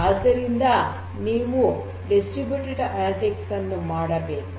ಆದ್ದರಿಂದ ನೀವು distributed analytics ಅನ್ನು ಮಾಡಬೇಕು